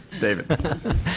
David